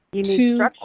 two